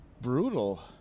brutal